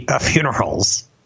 funerals